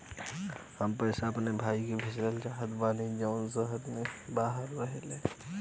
हम पैसा अपने भाई के भेजल चाहत बानी जौन शहर से बाहर रहेलन